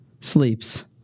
sleeps